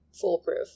foolproof